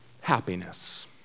Happiness